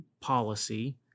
policy